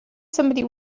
somebody